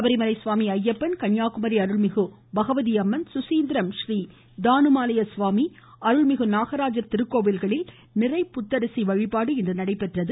கோவில் சபரிமலை சுவாமி ஐயப்பன் கன்னியாகுமரி அருள்மிகு பகவதி அம்மன் சுசீந்தரம் றீதானுமாலயசுவாமி அருள்மிகு நாகராஜர் கோவில்களில் நிறை புத்தரிசி வழிபாடு இன்று நடைபெற்றது